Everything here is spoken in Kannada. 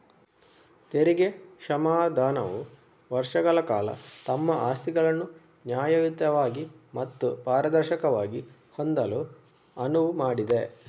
ತೆರಿಗೆ ಕ್ಷಮಾದಾನವು ವರ್ಷಗಳ ಕಾಲ ತಮ್ಮ ಆಸ್ತಿಗಳನ್ನು ನ್ಯಾಯಯುತವಾಗಿ ಮತ್ತು ಪಾರದರ್ಶಕವಾಗಿ ಹೊಂದಲು ಅನುವು ಮಾಡಿದೆ